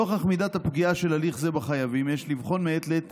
נוכח מידת הפגיעה של הליך זה בחייבים יש לבחון מעת לעת את